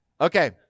Okay